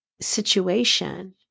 situation